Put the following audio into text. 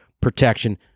protection